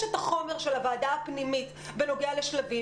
את החומר של הוועדה הפנימית בנוגע ל"שלבים".